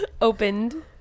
opened